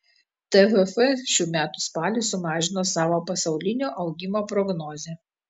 tvf šių metų spalį sumažino savo pasaulinio augimo prognozę